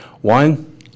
One